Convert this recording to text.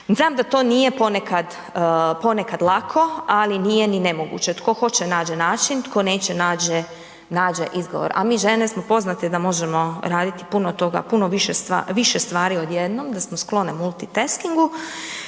Znam da to nije ponekad, ponekad lako, ali nije ni nemoguće. Tko hoće nađe način, tko neće nađe izgovor, a mi žene smo poznate da možemo raditi puno toga, puno više stvari, više stvari od jednom da smo sklone multitaskingu